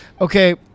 okay